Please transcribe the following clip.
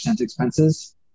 expenses